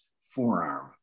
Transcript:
forearm